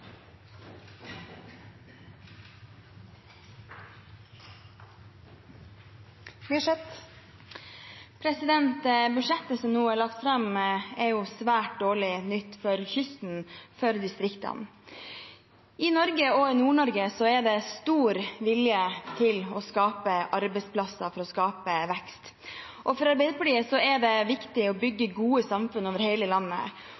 nå er lagt fram, er svært dårlig nytt for kysten og for distriktene. I Norge – og i Nord-Norge – er det stor vilje til å skape arbeidsplasser for å skape vekst. For Arbeiderpartiet er det viktig å bygge gode samfunn over hele landet